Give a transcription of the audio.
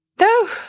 No